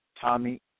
Tommy